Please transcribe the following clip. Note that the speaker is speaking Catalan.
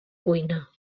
cuina